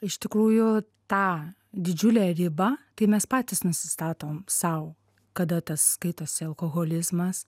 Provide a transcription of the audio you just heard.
iš tikrųjų tą didžiulę ribą tai mes patys nusistatom sau kada tas skaitosi alkoholizmas